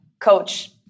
coach